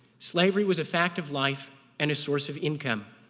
slavery was a fact of life and a source of income.